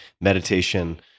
meditation